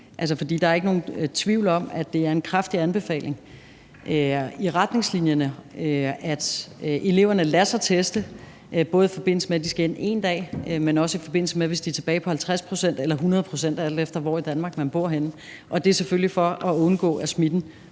mening. Der er ikke nogen tvivl om, at det er en kraftig anbefaling i retningslinjerne, at eleverne lader sig teste, både i forbindelse med at de skal ind én dag, men også i forbindelse med hvis de er tilbage på 50 pct. eller 100 pct., alt efter hvor i Danmark man bor, og det er selvfølgelig for at undgå, at smitten